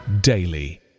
daily